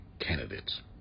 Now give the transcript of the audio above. candidates